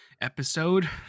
episode